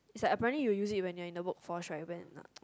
is like apparently you use it when you are in the workforce right when